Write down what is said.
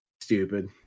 Stupid